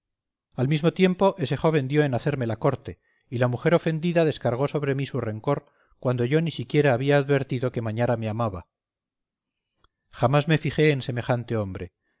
al mismo tiempo ese joven dio en hacerme la corte y la mujer ofendida descargó sobre mí su rencor cuando yo ni siquiera había advertido que mañara me amaba jamás me fijé en semejante hombre